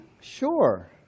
sure